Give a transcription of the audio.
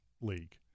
league